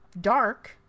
dark